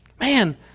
Man